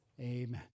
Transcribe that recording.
Amen